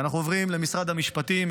ואנחנו עוברים למשרד המשפטים.